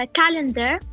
calendar